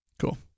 Cool